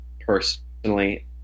personally